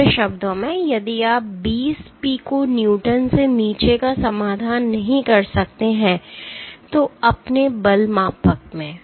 दूसरे शब्दों में यदि आप 20 पिको न्यूटन से नीचे का समाधान नहीं कर सकते हैं तो अपने बल मापक में